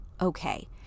okay